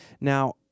Now